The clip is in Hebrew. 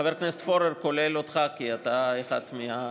חבר הכנסת פורר, כולל אותך, כי אתה אחד מהם.